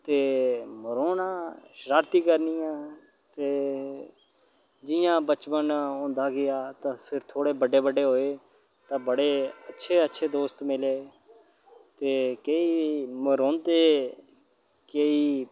ते रौह्ना शरारती करनियां ते जियां बचपन होंदा गेआ तां फेर थोह्ड़े बड्डे बड्डो होए तां बड़े अच्छे अच्छे दोस्त मिले ते केईं मरोंदे केईं